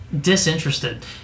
disinterested